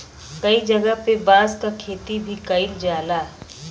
कई जगह पे बांस क खेती भी कईल जाला